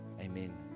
Amen